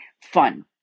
fun